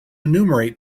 enumerate